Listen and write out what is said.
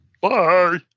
Bye